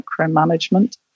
micromanagement